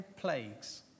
plagues